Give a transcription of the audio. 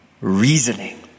reasoning